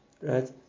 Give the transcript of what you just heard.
right